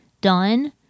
done